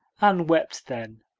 anne wept then,